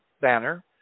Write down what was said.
banner